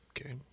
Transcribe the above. Okay